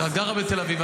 את גרה בתל אביב,